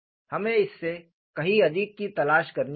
हमें इससे कहीं अधिक की तलाश करनी होगी